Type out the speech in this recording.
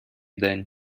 день